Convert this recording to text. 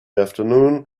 afternoon